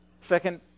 Second